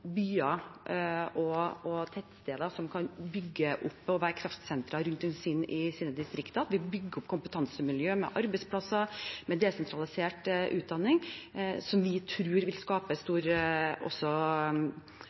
byer og tettsteder som kan bygges opp og være kraftsentre i sine distrikter. Vi bygger opp kompetansemiljøer med arbeidsplasser og med desentralisert utdanning, som vi tror vil skape